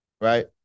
right